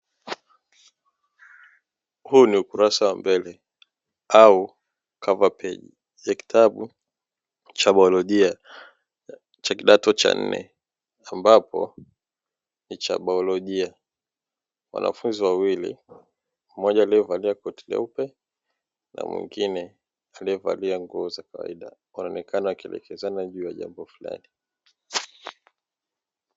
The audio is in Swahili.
Huu ni ukurasa wa mbele au "cover page" ya kitabu cha baiolojia cha kidato cha nne, ambapo ni cha baiolojia. Wanafunzi wawili; mmoja aliyevalia koti jeupe na mwingine aliyevalia nguo za kawaida, wanaonekana wakielekezana juu ya jambo fulani.